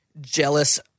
jealous